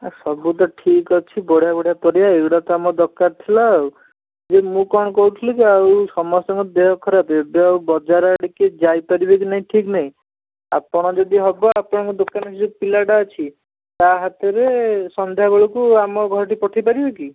ସବୁ ତ ଠିକ୍ ଅଛି ବଢ଼ିଆ ବଢ଼ିଆ ପରିବା ଏଗୁଡ଼ା ତ ଆମର ଦରକାର ଥିଲା ଆଉ ଯେ ମୁଁ କ'ଣ କହୁଥିଲି କି ଆଉ ସମସ୍ତଙ୍କ ଦେହ ଖରାପ ଏବେ ଆଉ ବଜାର ଆଡ଼େ କିଏ ଯାଇପାରିବେ କି ନାହିଁ ଠିକ୍ ନାହିଁ ଆପଣ ଯଦି ହେବ ଆପଣଙ୍କ ଦୋକାନରେ ଯେଉଁ ପିଲାଟା ଅଛି ତା ହାତରେ ସନ୍ଧ୍ୟାବେଳକୁ ଆମ ଘରଠି ପଠାଇପାରିବେ କି